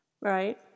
Right